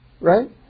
right